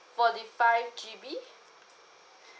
forty five G_B